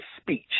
speech